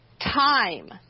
time